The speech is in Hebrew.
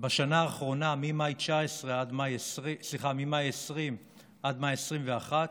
בשנה האחרונה, ממאי 20 עד מאי 21,